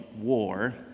war